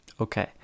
Okay